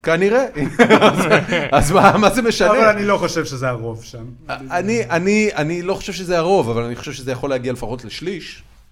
כנראה, אז מה, מה זה משנה? אבל אני לא חושב שזה הרוב שם. אני לא חושב שזה הרוב, אבל אני חושב שזה יכול להגיע לפחות לשליש.